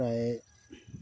প্ৰায়